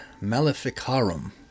Maleficarum